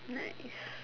nice